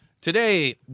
Today